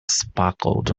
sparkled